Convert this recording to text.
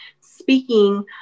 speaking